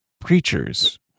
preachers